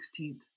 16th